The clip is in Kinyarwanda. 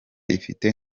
ifite